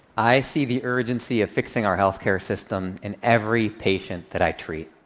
i see the urgency of fixing our health care system in every patient that i treat.